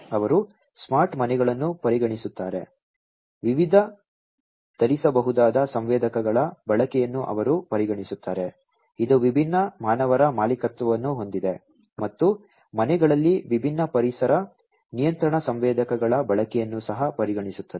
ಅವರು ಸ್ಮಾರ್ಟ್ ಮನೆಗಳನ್ನು ಪರಿಗಣಿಸುತ್ತಾರೆ ವಿವಿಧ ಧರಿಸಬಹುದಾದ ಸಂವೇದಕಗಳ ಬಳಕೆಯನ್ನು ಅವರು ಪರಿಗಣಿಸುತ್ತಾರೆ ಇದು ವಿಭಿನ್ನ ಮಾನವರ ಮಾಲೀಕತ್ವವನ್ನು ಹೊಂದಿದೆ ಮತ್ತು ಮನೆಗಳಲ್ಲಿ ವಿಭಿನ್ನ ಪರಿಸರ ನಿಯಂತ್ರಣ ಸಂವೇದಕಗಳ ಬಳಕೆಯನ್ನು ಸಹ ಪರಿಗಣಿಸುತ್ತದೆ